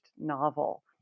novel